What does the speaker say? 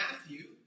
Matthew